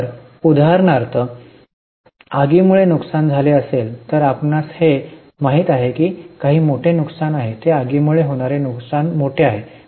तर उदाहरणार्थ जर आगी मुळे नुकसान झाले असेल तर आपणास हे माहित आहे की काही मोठे नुकसान ते आगी मुळे होणारे मोठे नुकसान आहे